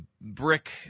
brick